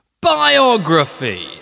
Biography